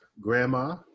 grandma